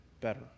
better